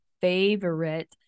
favorite